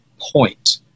Point